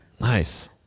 nice